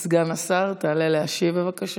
כבוד סגן השר, תעלה להשיב, בבקשה.